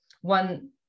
one